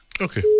Okay